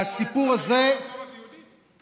הסיפור הזה, המסורת היהודית.